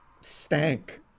stank